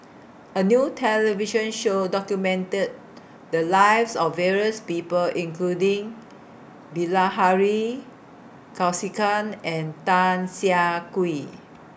A New television Show documented The Lives of various People including Bilahari Kausikan and Tan Siah Kwee